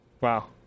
Wow